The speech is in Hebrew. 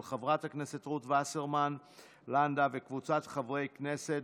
של חברת הכנסת רות וסרמן לנדה וקבוצת חברי הכנסת,